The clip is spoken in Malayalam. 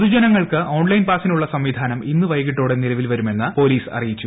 പൊതുജനങ്ങൾക്ക് ഓൺള്ലൈൻ പാസിനുള്ള സംവിധാനം ഇന്ന് വൈകിട്ടോടെ നിലവിൽ വരുമെന്ന് പോലീസ് അറിയിച്ചു